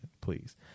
Please